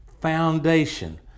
foundation